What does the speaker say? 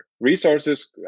Resources